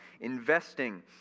investing